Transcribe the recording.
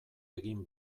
egin